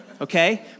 okay